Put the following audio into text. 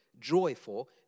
joyful